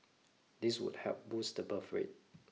this would help boost the birth rate